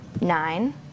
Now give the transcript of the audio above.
nine